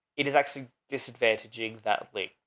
it is actually disadvantages that link.